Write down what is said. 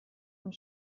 und